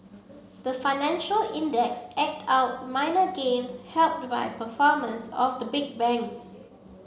the financial index eked out minor gains helped by performance of the big banks